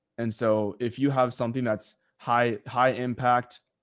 and so if you have something that's high, high impact,